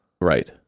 right